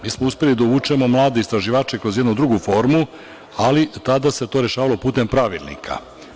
Mi smo uspeli da uvučemo mlade istraživače kroz jednu drugu formu, ali, tada se to rešavalo putem pravilnika.